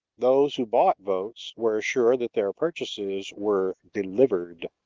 those who bought votes were sure that their purchases were delivered.